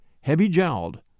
heavy-jowled